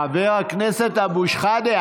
חבר הכנסת אבו שחאדה,